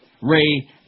Ray